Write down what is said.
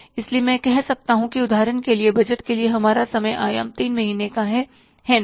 इसलिए मैं कह सकता हूं उदाहरण के लिए बजट के लिए हमारा समय आयाम तीन महीने का है है ना